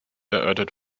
erörtert